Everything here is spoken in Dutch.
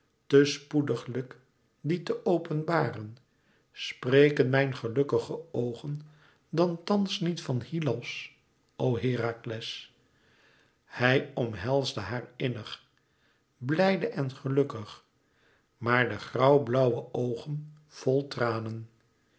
te spoediglijk die te openbaren spreken mijn gelukkige oogen dan thans niet van hyllos o herakles hij omhelsde haar innig blijde en gelukkig maar de grauwblauwe oogen vol tranen